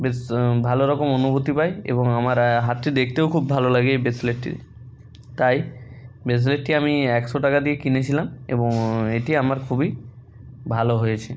বেশ ভালো রকম অনুভূতি পাই এবং আমার হাতটি দেখতেও খুব ভালো লাগে ব্রেসলেটটি তাই ব্রেসলেটটি আমি একশো টাকা দিয়ে কিনেছিলাম এবং এটি আমার খুবই ভালো হয়েছে